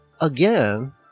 again